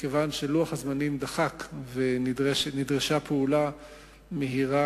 מכיוון שלוח הזמנים דחק ונדרשה פעולה מהירה,